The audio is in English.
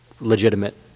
legitimate